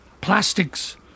Plastics